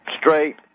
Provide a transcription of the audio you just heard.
straight